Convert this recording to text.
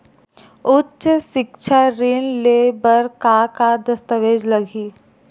उच्च सिक्छा ऋण ले बर का का दस्तावेज लगही?